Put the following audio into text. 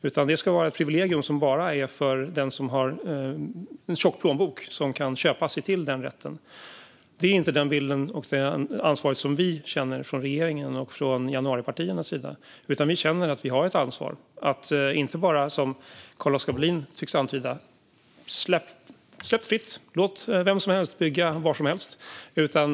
Ska det vara ett privilegium bara för den som har en tjock plånbok och kan köpa sig till den rätten? Det är inte det som vi känner är vårt ansvar från regeringens och januaripartiernas sida. Vi känner att vi har ett ansvar att inte bara, som Carl-Oskar Bohlin tycks vilja, släppa allt fritt och låta vem som helst bygga var som helst.